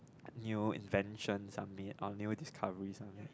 new invention some made or new discovery something